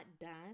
done